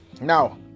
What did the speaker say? Now